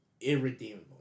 irredeemable